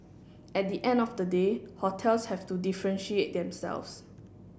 at the end of the day hotels have to differentiate themselves